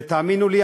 תאמינו לי,